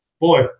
boy